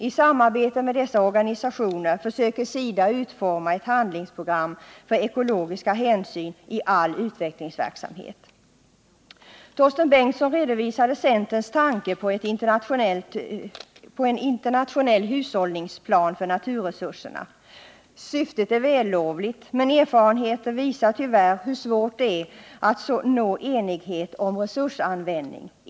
I samarbete med dessa organisationer försökrer SIDA utforma ett handlingsprogram för ekologiska hänsyn i all utvecklingsverksamhet. Torsten Bengtson redovisade centerns tanke på en internationell hushållningsplan för naturresurserna. Syftet är vällovligt, men erfarenheten visar tyvärr hur svårt det är att nå enighet om resursanvändning.